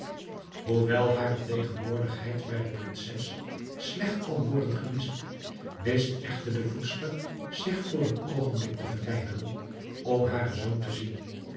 hoewel hare tegenwoordigheid bij de prinses slecht kon worden gemist wist echter de voedster zich voor een oogenblik te verwijderen om haren zoon te zien